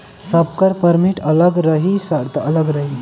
सबकर परमिट अलग रही सर्त अलग रही